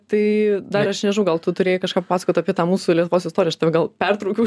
tai dar aš nežinau gal tu turėjai kažką papasakot apie tą mūsų lietuvos istoriją aš tave gal pertraukiau